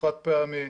חד פעמי,